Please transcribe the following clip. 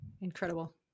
Incredible